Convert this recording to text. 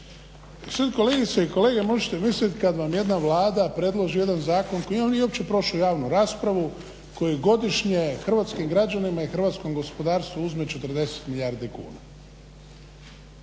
Sad kolegice i kolege možete misliti kad vam jedna Vlada jedan zakon koji nije uopće prošao javnu raspravu, koji godišnje hrvatskim građanima i hrvatskom gospodarstvu uzme 40 milijardi kuna.